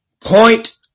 point